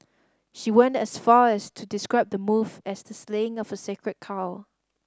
she went as far as to describe the move as the slaying of a sacred cow